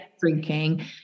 drinking